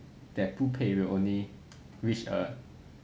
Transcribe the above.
that 不配 will only reach a